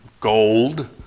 gold